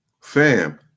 fam